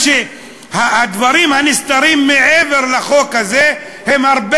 הדברים הנסתרים מעבר לחוק הזה הם הרבה